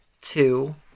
two